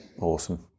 Awesome